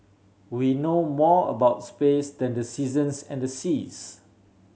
we know more about space than the seasons and the seas